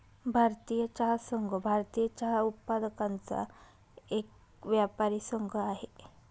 भारतीय चहा संघ, भारतीय चहा उत्पादकांचा एक व्यापारी संघ आहे